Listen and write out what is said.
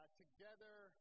together